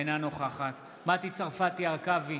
אינה נוכחת מטי צרפתי הרכבי,